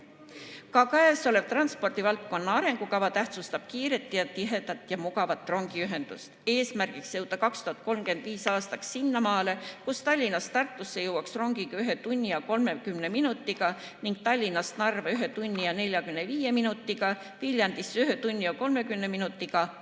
Ka käesolev transpordivaldkonna arengukava tähtsustab kiiret, tihedat ja mugavat rongiühendust. Eesmärk on jõuda 2035. aastaks sinnamaale, et Tallinnast Tartusse jõuaks rongiga ühe tunni ja 30 minutiga ning Tallinnast Narva ühe tunni ja 45 minutiga, Viljandisse ühe tunni ja 30 minutiga.